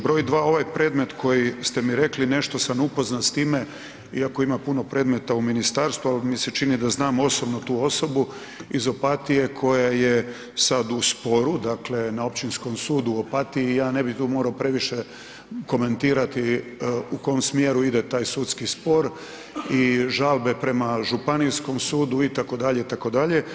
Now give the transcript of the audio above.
Broj dva, ovaj predmet koji ste mi rekli nešto sam upoznat s time iako ima puno predmeta u ministarstvu, ali mi se čini da znam osobnu tu osobu iz Opatije koja je sada u sporu, dakle na Općinskom sudu u Opatiji i ja ne bih tu morao previše komentirati u kom smjeru ide taj sudski spor i žalbe prema Županijskom sudu itd., itd.